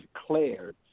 declared